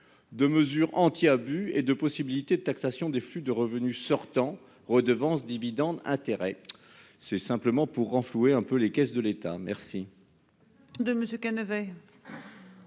De mesures anti-abus et de possibilités de taxation des flux de revenus sortant redevance dividendes intérêts. C'est simplement pour renflouer un peu les caisses de l'État. Merci.-- De monsieur